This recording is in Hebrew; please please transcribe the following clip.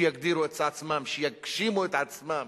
שיגדירו את עצמם, שיגשימו את עצמם.